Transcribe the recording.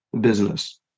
business